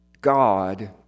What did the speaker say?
God